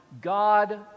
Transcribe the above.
God